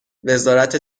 وزارت